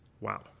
Wow